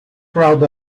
crowd